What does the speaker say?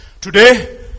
Today